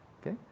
okay